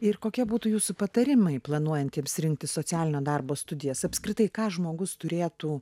ir kokia būtų jūsų patarimai planuojantiems rinktis socialinio darbo studijas apskritai ką žmogus turėtų